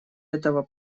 этого